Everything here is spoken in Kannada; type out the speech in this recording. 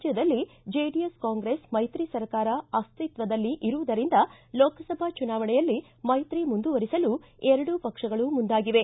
ರಾಜ್ಯದಲ್ಲಿ ಜೆಡಿಎಸ್ ಕಾಂಗ್ರೆಸ್ ಮೈತ್ರಿ ಸರ್ಕಾರ ಅಸ್ತಿತ್ವದಲ್ಲಿ ಇರುವುದರಿಂದ ಲೋಕಸಭಾ ಚುನಾವಣೆಯಲ್ಲಿ ಮೈತ್ರಿ ಮುಂದುವರಿಸಲು ಎರಡೂ ಪಕ್ಷಗಳು ಮುಂದಾಗಿವೆ